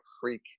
freak